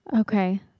Okay